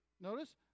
Notice